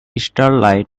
starlight